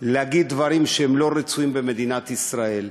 להגיד דברים שהם לא רצויים במדינת ישראל.